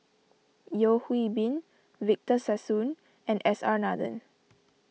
Yeo Hwee Bin Victor Sassoon and S R Nathan